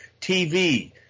TV